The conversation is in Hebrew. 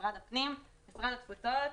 מישראל.